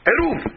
Eruv